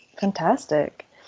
Fantastic